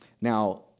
Now